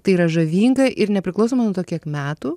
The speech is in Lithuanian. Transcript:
tai yra žavinga ir nepriklausomai nuo to kiek metų